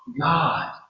God